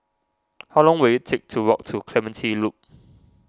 how long will it take to walk to Clementi Loop